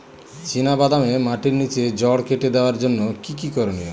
চিনা বাদামে মাটির নিচে জড় কেটে দেওয়ার জন্য কি কী করনীয়?